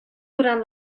durant